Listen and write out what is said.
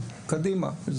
קדימה,